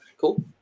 cool